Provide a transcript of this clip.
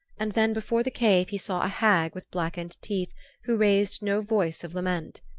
and then before the cave he saw a hag with blackened teeth who raised no voice of lament.